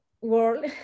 world